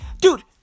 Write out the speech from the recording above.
dude